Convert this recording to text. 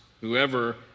Whoever